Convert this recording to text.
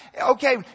Okay